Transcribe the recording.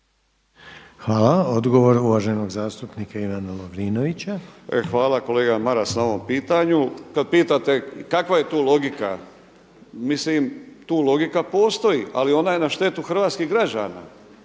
**Lovrinović, Ivan (Promijenimo Hrvatsku)** Hvala kolega Maras na ovom pitanju. Kad pitate kakva je tu logika? Mislim tu logika postoji, ali ona je na štetu hrvatskih građana.